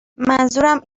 منظورم